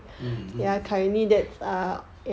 mm mm